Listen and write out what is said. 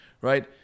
right